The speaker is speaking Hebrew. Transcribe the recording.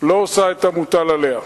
לא עושה את המוטל עליה.